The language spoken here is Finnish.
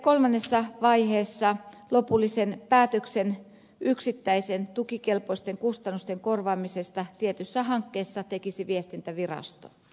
kolmannessa vaiheessa lopullisen päätöksen yksittäisen tukikelpoisten kustannusten korvaamisesta tietyssä hankkeessa tekisi viestintävirasto